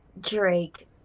Drake